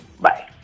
Bye